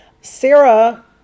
Sarah